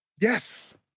yes